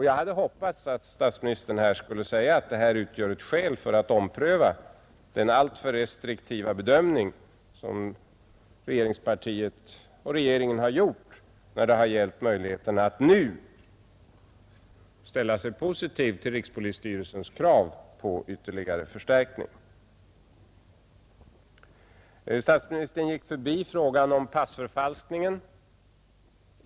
Jag hade hoppats att statsministern skulle säga att det här utgör ett skäl för att ompröva den alltför restriktiva bedömning som regeringspartiet och regeringen har gjort då det gällt möjligheten att nu ställa sig positiv till rikspolisstyrelsens krav på ytterligare förstärkning. Statsministern gick förbi frågan om passförfalskningen.